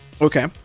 Okay